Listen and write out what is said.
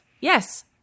Yes